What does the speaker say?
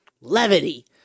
Levity